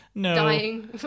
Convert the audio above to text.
dying